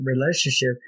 relationship